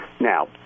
now